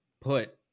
put